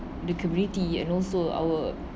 the community and also our